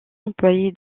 employé